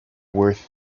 worth